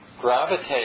gravitate